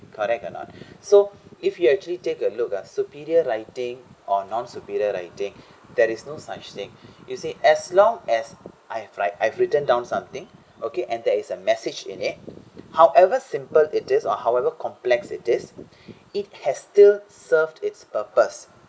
correct or not so if you actually take a look ah superior writing or non superior writing there is no such thing you see as long as I've write I've written down something okay and there is a message in it however simple it is or however complex it is it has still served its purpose